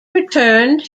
returned